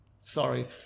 sorry